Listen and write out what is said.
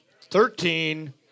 thirteen